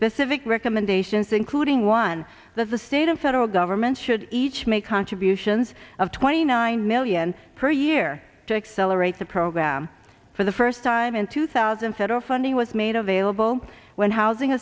specific recommendations including one that the state and federal government should each make contributions of twenty nine million per year to accelerate the program for the first time in two thousand federal funding was made available when housing